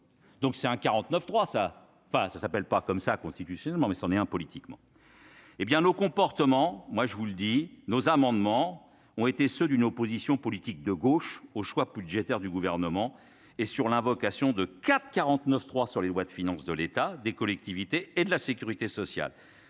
donc c'est un 49 3 ça, enfin, ça s'appelle pas comme ça, constitutionnellement, mais c'en est un, politiquement, hé bien nos comportements, moi je vous le dis nos amendements ont été ceux d'une opposition politique de gauche au choix budgétaires du gouvernement et sur l'invocation de 4 49 3 sur les lois de finances de l'État, des collectivités et de la sécurité sociale